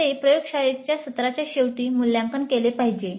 असे प्रयोगशाळेच्या सत्राच्या शेवटी मूल्यांकन केले पाहिजे